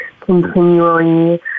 continually